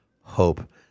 Hope